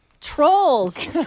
Trolls